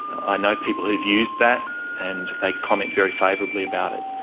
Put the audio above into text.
i know people who've used that and they comment very favourably about it.